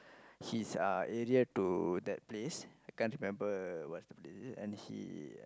his uh area to that place I can't remember what's the place and he